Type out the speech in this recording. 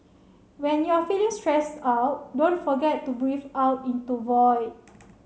when you are feeling stressed out don't forget to breathe out into void